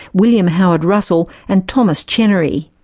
william howard russell and thomas chenery.